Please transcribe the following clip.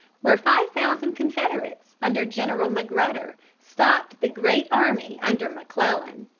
where five thousand confederates under general magruder stopped the great army under mcclellan.